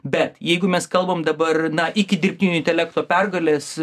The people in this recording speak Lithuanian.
bet jeigu mes kalbam dabar na iki dirbtinio intelekto pergalės